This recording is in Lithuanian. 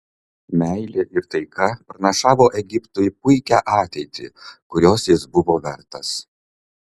meilė ir taika pranašavo egiptui puikią ateitį kurios jis buvo vertas